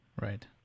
Right